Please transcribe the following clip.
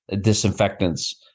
disinfectants